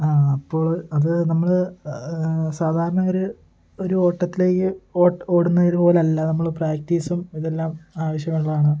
ആ അപ്പോള് അത് നമ്മള് സാധാരണ ഒരു ഓട്ടത്തിലേക്ക് ഓടുന്നതുപോലല്ല നമ്മള് പ്രാക്റ്റീസും ഇതെല്ലം ആവശ്യമുള്ളതാണ്